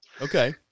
okay